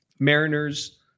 Mariners